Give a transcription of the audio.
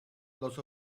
los